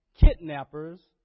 kidnappers